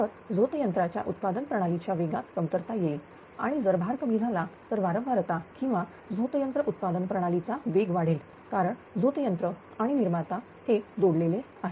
तर झोतयंत्रच्या उत्पादन प्रणालीच्या वेगात कमतरता येईल आणि जर भार कमी झाला तर वारंवारता किंवा झोतयंत्र उत्पादन प्रणाली चा वेग वाढेल कारण झोतयंत्र आणि आणि निर्माता ते जोडलेले आहेत